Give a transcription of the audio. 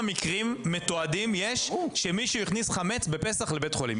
מקרים מתועדים יש שמישהו הכניס חמץ בפסח לבית חולים.